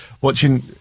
watching